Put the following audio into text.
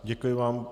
Děkuji vám.